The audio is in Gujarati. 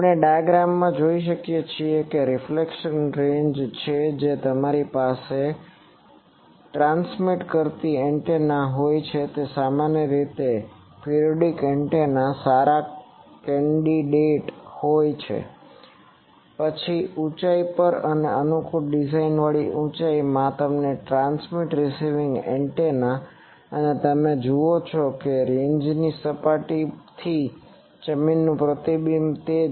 આપણે ડાયાગ્રામ જોઈ શકીએ છીએ તે રીફ્લેક્શન રેન્જ છે જે તમારી પાસે ટ્રાન્સમિટ કરતી એન્ટેના હોય છે સામાન્ય રીતે લોક પીરીયોડીક એન્ટેના સારા કેન્ડીડેટ હોય છે પછી ઊચાઇ પર અને અનુકૂળ ડિઝાઇનવાળી ઊચાઇમાં તમને ટ્રાન્સમિટ રીસીવિંગ એન્ટેના અને તમે જુઓ છો કે રેન્જની સપાટીથી જમીનનું પ્રતિબિંબ તે જ